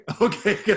Okay